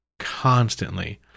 constantly